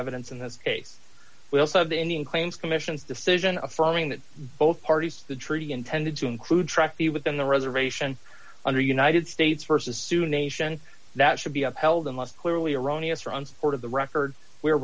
evidence in this case we also have the indian claims commission's decision affirming that both parties the treaty intended to include truck be within the reservation under united states versus sue nation that should be upheld and must clearly erroneous from support of the record we're